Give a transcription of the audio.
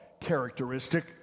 characteristic